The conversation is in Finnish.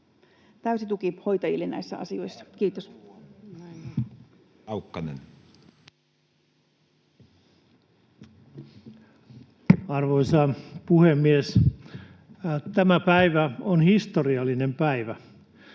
Täysi tuki hoitajille näissä asioissa. — Kiitos. Edustaja Laukkanen. Arvoisa puhemies! Tämä päivä on historiallinen päivä.